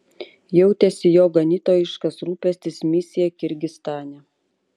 jautėsi jo ganytojiškas rūpestis misija kirgizstane